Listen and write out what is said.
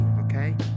Okay